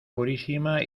purísima